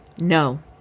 No